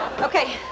Okay